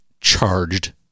charged